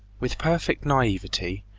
with perfect naivete,